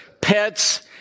pets